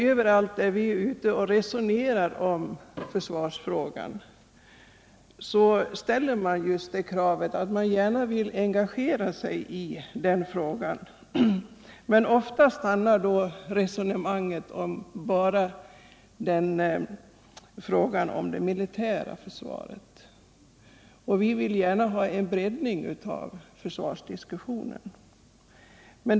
Överallt där vi är ute och resonerar om försvarsfrågan ställer människor krav på att få engagera sig, men ofta stannar resonemanget vid frågan om det militära försvaret. Och vi vill gärna ha en breddning av försvarsdiskussionen.